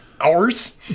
hours